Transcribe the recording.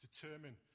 determine